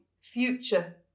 future